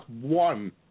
one